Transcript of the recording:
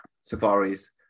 Safaris